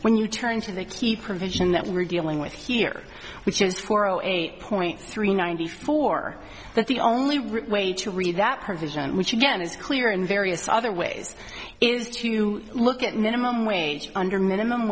when you turn to the key provision that we're dealing with here which is for zero eight point three ninety four that the only way to read that provision which again is clear in various other ways is to look at minimum wage under minimum